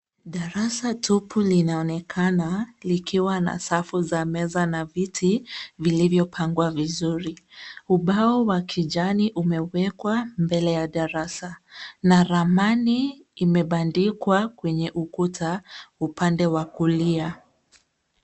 Darasa tupu linaonekana likiwa na safu za meza na viti vilivyopangwa vizuri. Ubao wa kijani umewekwa mbele ya darasa na ramani imebandikwa kwenye ukuta upande wa kulia.